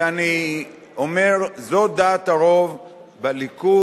ואני אומר: זאת דעת הרוב בליכוד,